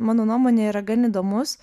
mano nuomone yra gan įdomus